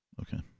Okay